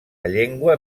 llengua